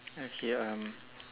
okay um